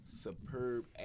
superb